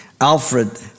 Alfred